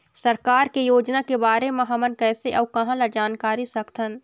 सरकार के योजना के बारे म हमन कैसे अऊ कहां ल जानकारी सकथन?